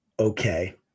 okay